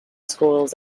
schools